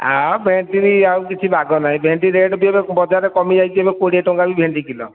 ଆଉ ଭେଣ୍ଡି ବି ଆଉ କିଛି ବାଗ ନାଇ ଭେଣ୍ଡି ରେଟ୍ ବି ବଜାରରେ ଏବେ କମି ଯାଇଛି କୋଡ଼ିଏ ଟଙ୍କା ଏବେ ଭେଣ୍ଡି କିଲୋ